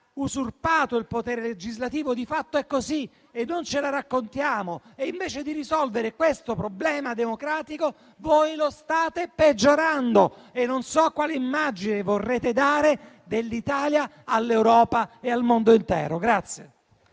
usurpato il potere legislativo. Di fatto è così, noi ce la raccontiamo e, invece di risolvere questo problema democratico, voi lo state peggiorando e non so quale immagine dell'Italia vorrete dare all'Europa e al mondo intero.